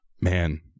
Man